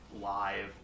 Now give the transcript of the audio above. live